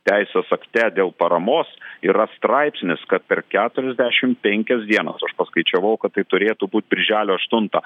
teisės akte dėl paramos yra straipsnis kad per keturiasdešimt penkias dienas aš paskaičiavau kad tai turėtų būt birželio aštuntą